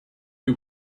who